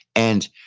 and,